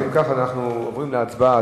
אם כך, אנחנו עוברים להצבעה.